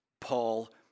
Paul